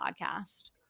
podcast